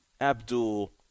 abdul